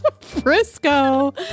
Frisco